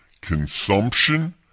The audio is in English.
Consumption